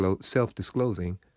self-disclosing